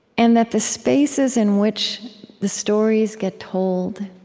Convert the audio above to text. and that the spaces in which the stories get told,